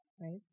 right